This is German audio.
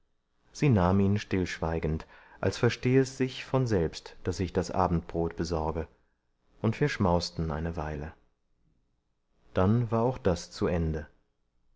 sie nahm ihn schweigend als verstehe es sich von selbst daß ich das abendbrot besorge und wir schmausten eine weile dann war auch das zu ende